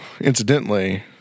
incidentally